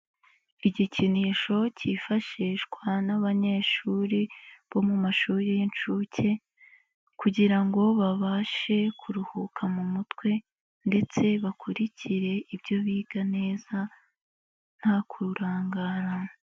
Igikinisho cyifashishwa n'abanyeshuri bo mu mashuri y'inshuke, kugira ngo babashe kuruhuka mu mutwe ndetse bakurikire ibyo biga neza nta kurangara.